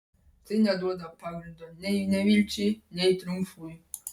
tai neduoda pagrindo nei nevilčiai nei triumfui